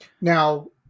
Now